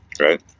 right